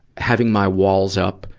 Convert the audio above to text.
having my walls up,